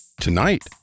Tonight